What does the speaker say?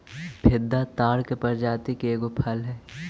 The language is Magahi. फेदा ताड़ के प्रजाति के एगो फल हई